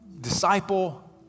disciple